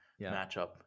matchup